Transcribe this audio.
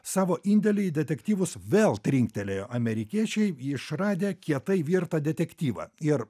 savo indėlį į detektyvus vėl trinktelėjo amerikiečiai išradę kietai virtą detektyvą ir